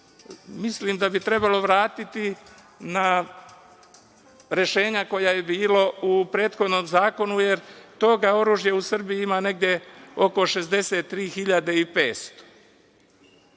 mislim da bi trebalo vratiti na rešenja koja su bila u prethodnom zakonu, jer tog oružja u Srbiji ima negde oko 63.500.